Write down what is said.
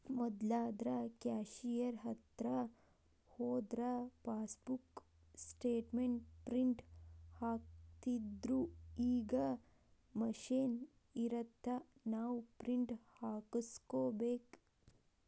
ಮೊದ್ಲಾದ್ರ cashier ಹತ್ರ ಹೋದ್ರ passbook statement print ಹಾಕ್ತಿತ್ದ್ರುಈಗ ಮಷೇನ್ ಇರತ್ತ ನಾವ ಪ್ರಿಂಟ್ ಹಾಕಸ್ಕೋಬೇಕ